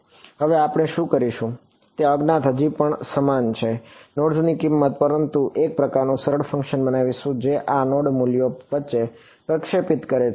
હવે આપણે શું કરીશું તે અજ્ઞાત હજી પણ સમાન છે નોડ્સની કિંમત પરંતુ આપણે એક પ્રકારનું સરળ ફંકશન બનાવીશું જે આ નોડ મૂલ્યો વચ્ચે પ્રક્ષેપિત કરે છે